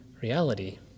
reality